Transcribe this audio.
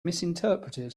misinterpreted